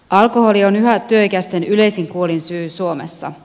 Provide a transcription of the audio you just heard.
alkoholi on yhä työikäisten yleisin kuolinsyy suomessa